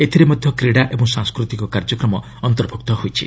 ଏଥିରେ ମଧ୍ୟ କ୍ରୀଡ଼ା ଏବଂ ସାଂସ୍କୃତିକ କାର୍ଯ୍ୟକ୍ରମ ଅନ୍ତର୍ଭୁକ୍ତ ହୋଇଛି